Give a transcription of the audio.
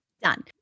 Done